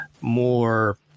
more